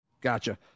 Gotcha